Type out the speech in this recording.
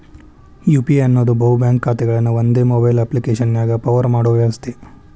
UPI ಅನ್ನೋದ್ ಬಹು bank ಖಾತೆಗಳನ್ನ ಒಂದೇ ಮೊಬೈಲ್ ಅಪ್ಪ್ಲಿಕೆಶನ್ಯಾಗ ಪವರ್ ಮಾಡೋ ವ್ಯವಸ್ಥೆ